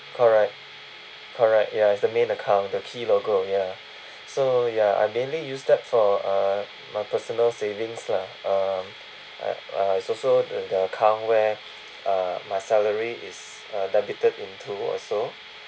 correct correct ya it's the main account the key logo ya so ya I mainly used that for uh my personal savings lah um I it's also the account where uh my salary is uh debited into also